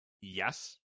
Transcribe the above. Yes